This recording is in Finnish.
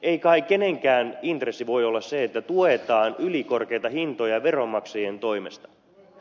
ei kai kenenkään intressi voi olla se että tuetaan ylikorkeita hintoja veronmaksajien toimesta